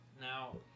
now